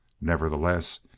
Nevertheless